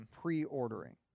pre-ordering